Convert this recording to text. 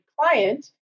client